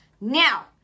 Now